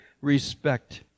respect